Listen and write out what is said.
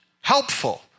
helpful